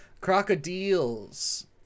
Crocodiles